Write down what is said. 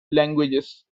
languages